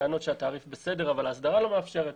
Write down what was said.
טענות שהתעריף בסדר אבל ההסדרה לא מאפשרת,